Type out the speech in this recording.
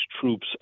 troops